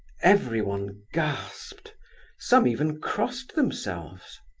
everyone gasped some even crossed themselves.